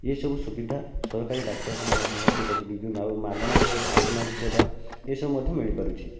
ଏହି ସବୁ ସୁବିଧା ସରକାରୀ ଡାକ୍ତରଖାନା ମାଧ୍ୟମରେ ହୋଇପାରୁଛି ଆଉ ମାଗଣାରେ ଆମ୍ବୁଲାନ୍ସ ସେବା ଏସବୁ ମଧ୍ୟ ମିଳିପାରୁଛି